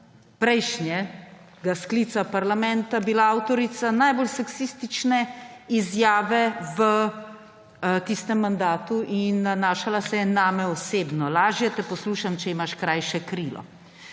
prejšnjega sklica parlamenta avtorica najbolj seksistične izjave v tistem mandatu in nanašala se je name osebno: »Lažje te poslušam, če imaš krajše krilo.«